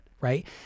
right